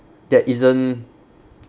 there isn't